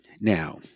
Now